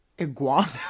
Iguana